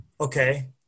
Okay